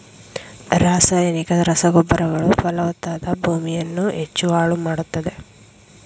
ರಾಸಾಯನಿಕ ರಸಗೊಬ್ಬರಗಳು ಫಲವತ್ತಾದ ಭೂಮಿಯನ್ನು ಹೆಚ್ಚು ಹಾಳು ಮಾಡತ್ತದೆ